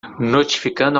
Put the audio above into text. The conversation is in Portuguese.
notificando